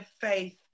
faith